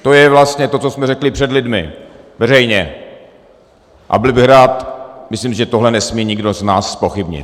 To je vlastně to, co jsme řekli před lidmi, veřejně, a byl bych rád myslím, že tohle nesmí nikdo z nás zpochybnit.